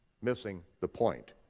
missing the point.